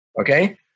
Okay